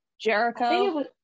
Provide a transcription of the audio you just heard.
jericho